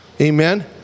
Amen